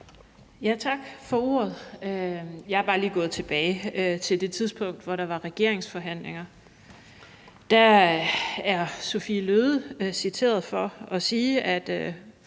Tak for ordet. Jeg er bare lige gået tilbage til det tidspunkt, hvor der var regeringsforhandlinger. Der er Sophie Løhde citeret for at sige, at